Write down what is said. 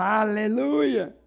Hallelujah